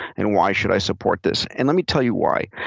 and why should i support this? and let me tell you why.